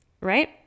right